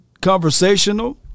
conversational